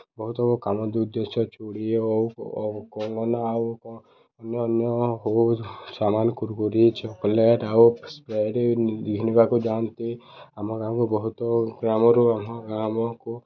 ବହୁତ କାମ ଉଦ୍ଦେଶ୍ୟ ଚୁଡ଼ି ଓ କଙ୍ଗନା ଆଉ ଅନ୍ୟ ଅନ୍ୟ ହଉ ସାମାନ କୁୁର୍କୁରି ଚକୋଲେଟ୍ ଆଉ ସ୍ପ୍ରେଡ଼୍ ଘଣିବାକୁ ଯାଆନ୍ତି ଆମ ଗାଁକୁ ବହୁତ ଗ୍ରାମରୁ ଆମ ଗ୍ରାମକୁ